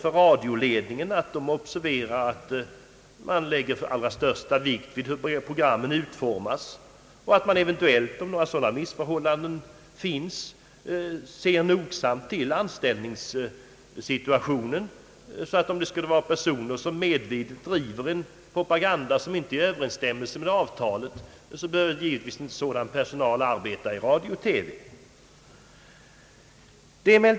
Radioledningen bör lägga den allra största vikt vid hur programmen utformas och, om missförhållanden finns, se nogsamt till anställningssituationen. Om det skulle finnas personer som medvetet driver en propaganda som inte är i Ööverensstämmelse med avtalet, så bör sådan personal givetvis inte arbeta i radio och TV.